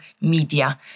media